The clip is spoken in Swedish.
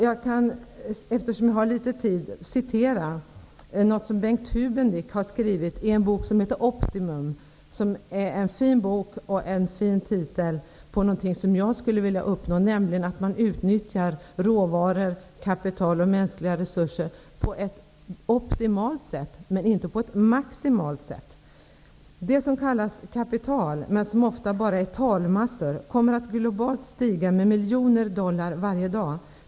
Jag skall citera ur en bok som Bengt Hubendick har skrivit. Boken heter Optimum. Det är en fin bok med en fin titel, som betecknar någonting som jag skulle vilja att man uppnådde, att man utnyttjar råvaror, kapital och mänskliga resurser på ett optimalt men inte maximalt sätt. ''Det som kallas kapital men som ofta bara är talmassor, kommer att globalt stiga med miljoner dollar varje dag.